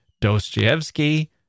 Dostoevsky